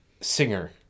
singer